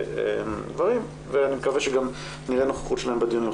גברים ואני מקווה שגם נראה נוכחות שלהם בדיונים.